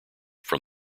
from